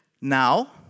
Now